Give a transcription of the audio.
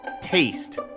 taste